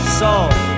salt